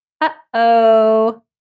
Uh-oh